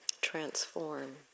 transform